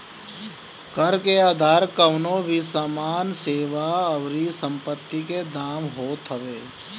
कर के आधार कवनो भी सामान, सेवा अउरी संपत्ति के दाम होत हवे